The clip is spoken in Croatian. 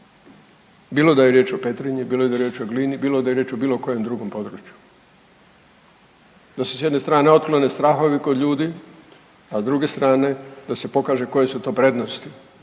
bilo da je riječ o Petrinji, bilo da je riječ o Glini, bilo da je riječ o bilo kojem drugom području, da se s jedne strane otklone strahovi kod ljudi, a s druge strane da se pokaže koje su to prednosti